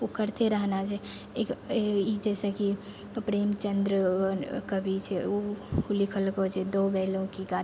ओ करते रहना छै एक ई जैसेकि प्रेमचन्द्र कवि छै उ लिखलको छै दो बैलों की कथा